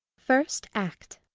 first act